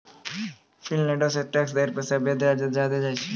फिनलैंडो के टैक्स दर सभ से ज्यादे छै